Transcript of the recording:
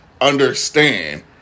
understand